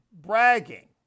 bragging